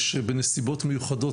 ושבנסיבות מיוחדות